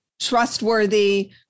trustworthy